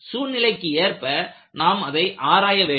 சூழ்நிலைக்கு ஏற்ப நாம் அதை ஆராய வேண்டும்